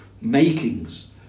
makings